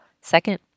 Second